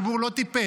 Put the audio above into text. הציבור לא טיפש.